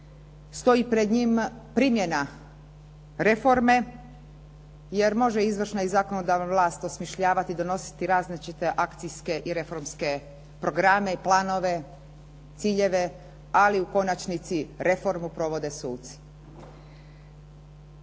stoji pred njim primjena reforme jer može izvršna i zakonodavna vlast osmišljavati, donositi različite akcijske i reformske programe i planove, ciljeve, ali u konačnici reformu provode suci.